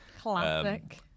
classic